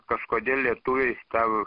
kažkodėl lietuviai tau